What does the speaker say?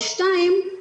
ושניים,